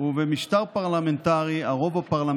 אין בה גיור, טהרת היוחסין,